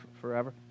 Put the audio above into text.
forever